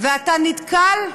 ואתה נתקל,